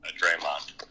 Draymond